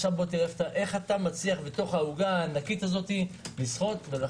ועכשיו צריך לראות איך מצליחים לשחות בתוך העוגה הענקית הזו.